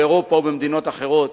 באירופה או במדינות אחרות,